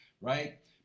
right